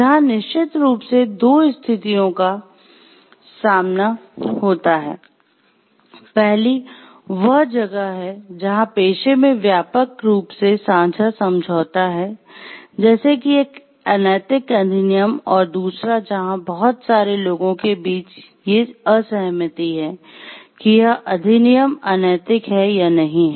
यहाँ निश्चित रूप से दो स्थितियों का सामना होता है पहली वह जगह है जहां पेशे में व्यापक रूप से साझा समझौता है जैसे कि एक अनैतिक अधिनियम और दूसरा जहां बहुत सारे लोगों के बीच ये असहमति है कि यह अधिनियम अनैतिक है या नहीं है